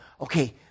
okay